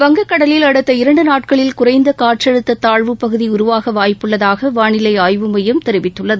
வங்கக் கடலில் அடுத்த இரண்டு நாட்களில் குறைந்த காற்றழுத்த தாழ்வுப் பகுதி உருவாக் வாய்ப்புள்ளதாக வானிலை ஆய்வு மையம் தெரிவித்துள்ளது